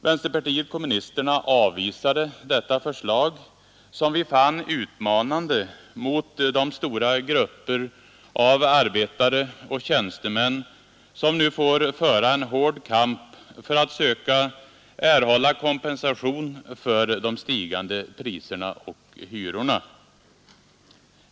Vänsterpartiet kommunisterna avvisade detta förslag, som vi fann utmanande mot de stora grupper av arbetare och tjänstemän som nu får föra en hård kamp för att söka erhålla kompensation för de stigande priserna och hyrorna.